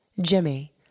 Jimmy